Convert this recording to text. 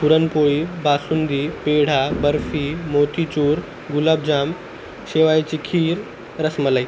पुरणपोळी बासुंदी पेढा बर्फी मोतीचूर गुलाबजाम शेवयांची खीर रसमलई